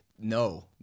no